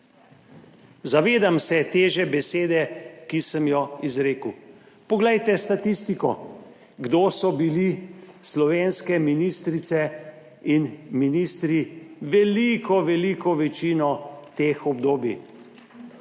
Zavedam se teže besede, ki sem jo izrekel. Poglejte statistiko, kdo so bili slovenske ministrice in ministri, veliko veliko večino teh obdobij.